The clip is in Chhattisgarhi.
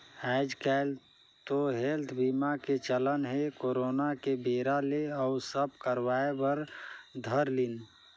आएज काएल तो हेल्थ बीमा के चलन हे करोना के बेरा ले अउ सब करवाय बर धर लिन